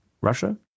Russia